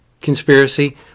conspiracy